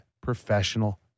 professional